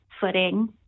footing